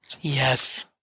Yes